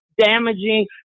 damaging